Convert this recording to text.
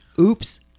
oops